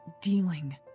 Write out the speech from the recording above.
dealing